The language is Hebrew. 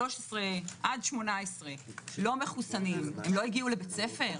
13 עד 18 לא מחוסנים הם לא הגיעו לבית ספר?